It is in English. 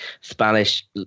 Spanish